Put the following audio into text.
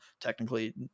Technically